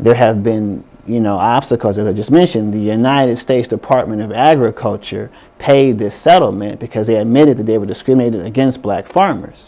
there have been you know obstacles or just mention the united states department of agriculture pay this settlement because they admitted that they were discriminated against black farmers